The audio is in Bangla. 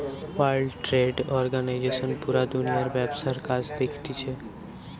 ওয়ার্ল্ড ট্রেড অর্গানিজশন পুরা দুনিয়ার ব্যবসার কাজ দেখতিছে